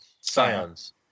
Scions